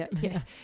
Yes